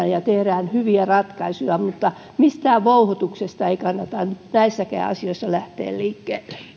ja tehdään maalaisjärjellä hyviä ratkaisuja mistään vouhotuksesta ei kannata nyt näissäkään asioissa lähteä liikkeelle